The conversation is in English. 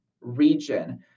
region